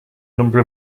number